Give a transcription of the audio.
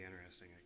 interesting